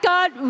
God